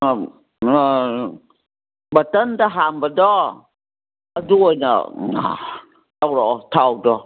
ꯕꯠꯇꯟꯗ ꯍꯥꯟꯕꯗꯣ ꯑꯗꯨ ꯑꯣꯏꯅ ꯇꯧꯔꯛꯑꯣ ꯊꯥꯎꯗꯣ